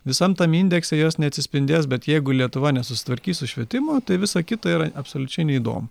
visam tam indekse jos neatsispindės bet jeigu lietuva nesusitvarkys su švietimu tai visa kita yra absoliučiai neįdomu